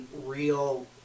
real